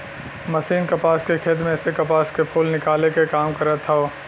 machine कपास के खेत में से कपास के फूल निकाले क काम करत हौ